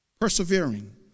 Persevering